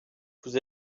vous